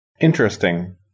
Interesting